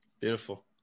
beautiful